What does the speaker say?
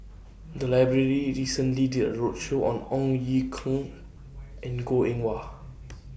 The Library recently did A roadshow on Ong Ye Kung and Goh Eng Wah